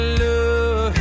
love